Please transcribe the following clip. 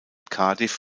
cardiff